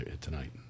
tonight